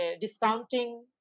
discounting